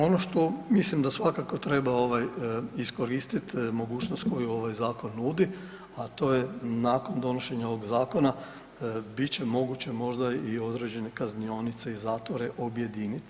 Ono što mislim da svakako treba iskoristiti mogućnost koju ovaj zakon nudi, a to je nakon donošenja ovoga zakona bit će moguće možda i određene kaznionice i zatvore objediniti.